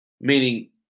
meaning